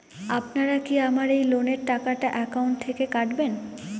আপনারা কি আমার এই লোনের টাকাটা একাউন্ট থেকে কাটবেন?